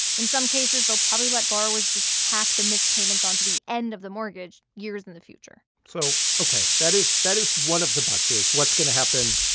in some cases, they'll probably let borrowers just tack the missed payments on to the end of the mortgage years in the future so ok. that is that is one of the buts here is what's going to happen,